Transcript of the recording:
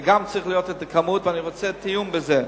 צריך גם לראות את הכמות, ואני רוצה תיאום בזה.